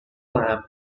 clam